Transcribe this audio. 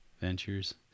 ventures